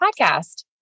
podcast